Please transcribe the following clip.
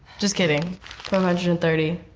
just kidding. five hundred and thirty,